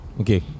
Okay